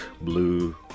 blue